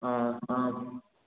ꯑꯥ ꯑꯥ